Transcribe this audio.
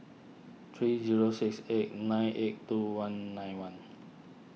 three zero six eight nine eight two one nine one